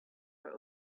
were